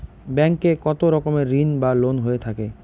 Bank এ কত রকমের ঋণ বা লোন হয়ে থাকে?